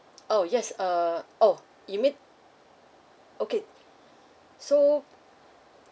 orh yes uh oh you mean okay so